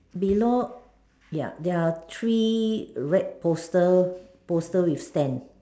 below yup there are three red poster poster with stand